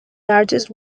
largest